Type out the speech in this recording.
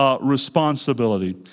Responsibility